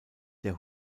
der